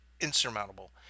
insurmountable